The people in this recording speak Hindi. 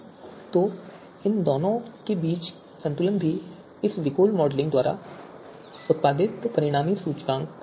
तो इन दोनों के बीच संतुलन भी इस विकोर मॉडलिंग और हमारे द्वारा उत्पादित परिणामी सूचकांक का हिस्सा है